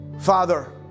Father